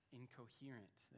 incoherent